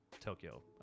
Tokyo